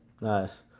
nice